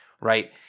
right